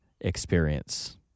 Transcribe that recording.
experience